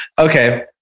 Okay